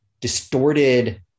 distorted